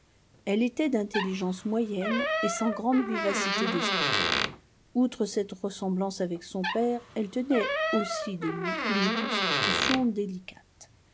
elle était d'intelligence moyenne et sans grande vivacité d'esprit outre cette ressemblance avec son père elle tenait aussi de lui une constitution délicate